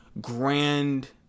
grand